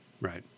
Right